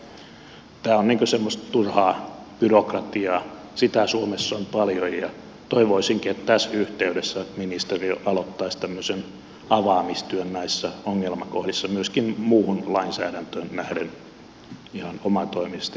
tämä on semmoista turhaa byrokratiaa sitä suomessa on paljon ja toivoisinkin että tässä yhteydessä ministeriö aloittaisi tämmöisen avaamistyön näissä ongelmakohdissa myöskin muuhun lainsäädäntöön nähden ihan omatoimisesti